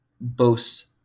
boasts